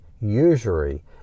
usury